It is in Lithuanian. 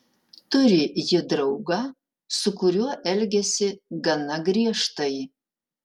turi ji draugą su kuriuo elgiasi gana griežtai